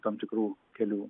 tam tikrų kelių